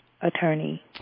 attorney